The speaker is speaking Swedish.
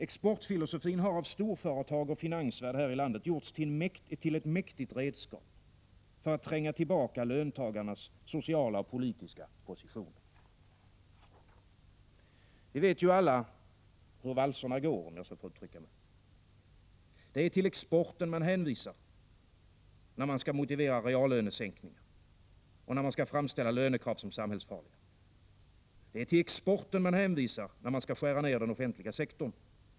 Exportfilosofin har av storföretag och finansvärld här i landet gjorts till ett mäktigt redskap för att tränga tillbaka löntagarnas sociala och politiska positioner. Vi vet alla — om jag så får uttrycka det — hur valserna går. Det är till exporten man hänvisar när man skall motivera reallönesänkningar och när man skall framställa lönekrav som samhällsfarliga. Det är till exporten man hänvisar när man skall skära ner den offentliga sektorn.